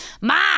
ma